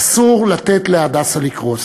אסור לתת ל"הדסה" לקרוס.